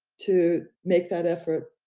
to make that effort